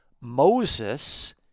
Moses